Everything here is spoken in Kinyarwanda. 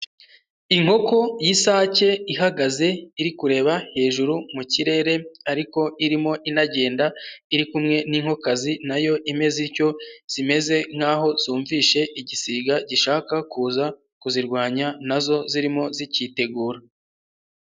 Inkoko y'isake ihagaze iri kureba hejuru mu kirere, ariko irimo inagenda iri kumwe n'inkoko kazi nayo imeze ityo, zimeze nkaho zumvise igisiga gishaka kuza kuzirwanya, na zo zirimo z'icyitegura.